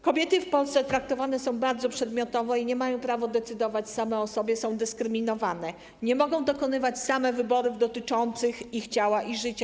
Kobiety w Polsce traktowane są bardzo przedmiotowo i nie mają prawa decydować same o sobie, są dyskryminowane, nie mogą dokonywać same wyborów dotyczących ich ciała i życia.